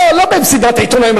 לא במסיבת עיתונאים,